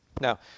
Now